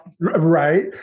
right